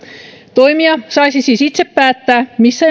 toimija saisi siis itse päättää missä